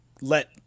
let